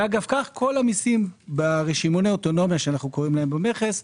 כך כל המיסים ברשימוני אוטונומיה שאנו קוראים להם במכס,